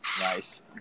Nice